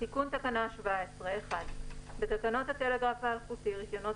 תיקון תקנה 17 בתקנות הטלגרף האלחוטי (רישיונות,